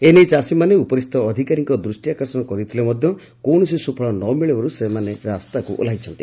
ଏନେଇ ଚାଷୀମାନେ ଉପରିସ୍ର ଅଧକାରୀଙ୍କ ଦୃଷ୍ଟି ଆକର୍ଷଣ କରିଥିଲେ ମଧ କୌଶସି ସୁଫଳ ନ ମିଳିବାରୁ ଶେଷରେ ସେମାନେ ରାସ୍ତାକୁ ଓହ୍ଲାଇଛନ୍ତି